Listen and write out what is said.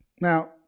Now